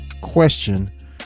question